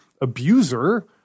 abuser